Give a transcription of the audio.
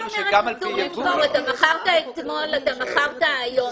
מכרת אתמול, מכרת היום.